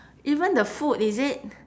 even the food is it